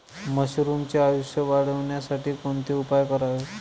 मशरुमचे आयुष्य वाढवण्यासाठी कोणते उपाय करावेत?